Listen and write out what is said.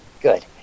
Good